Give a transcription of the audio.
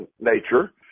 nature